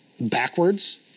backwards